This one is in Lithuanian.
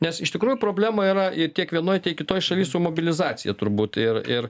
nes iš tikrųjų problema yra ir tiek vienoj kitoj šaly su mobilizacija turbūt ir ir